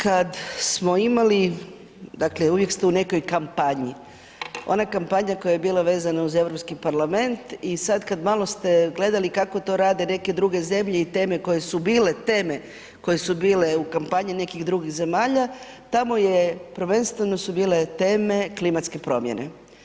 Kada smo imali dakle uvijek ste u nekoj kampanji, ona kampanja koja je bila vezana uz Europski parlament i sada kada ste malo gledali kako to rade neke druge zemlje i teme koje su bile teme koje su bile u kampanji nekih drugih zemalja, tamo je, prvenstveno su bile teme klimatske promjene.